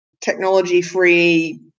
technology-free